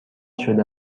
شده